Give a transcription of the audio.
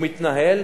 הוא מתנהל,